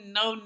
no